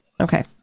okay